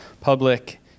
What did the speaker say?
public